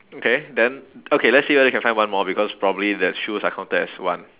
okay then okay let's see whether we can find one more because probably the shoes are counted as one